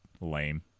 lame